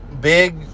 big